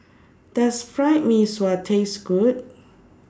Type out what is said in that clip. Does Fried Mee Sua Taste Good